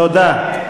תודה.